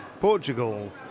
Portugal